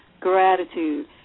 gratitude